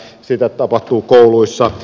sitä tapahtuu kouluissa